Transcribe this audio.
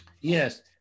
Yes